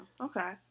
Okay